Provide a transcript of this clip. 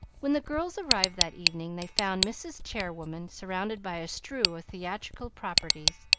when the girls arrived, that evening, they found mrs. chairwoman surrounded by a strew of theatrical properties,